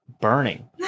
burning